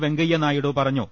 വെങ്ക യ്യനായിഡു പറഞ്ഞു